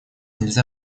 нельзя